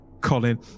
colin